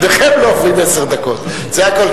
שניכם לא עוברים עשר דקות, זה הכול.